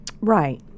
Right